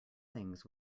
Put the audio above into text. things